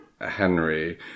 Henry